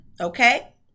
okay